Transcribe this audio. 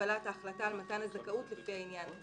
מקבלת ההחלטה על מתן הזכאות לפי העניין".